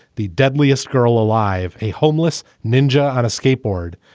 the deadliest girl alive, a homeless ninja on a skateboard.